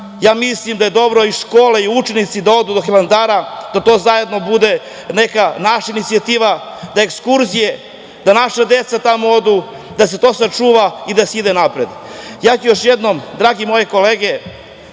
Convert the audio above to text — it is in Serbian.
Ja mislim da je dobro i škole i učenici da odu do Hilandara, da to bude neka naša inicijativa, da ekskurzije, da naša deca tamo odu, da se to sačuva i da se ide napred. Ja ću još jednom, drage moje kolege,